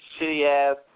shitty-ass